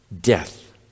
death